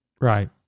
Right